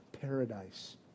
paradise